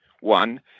one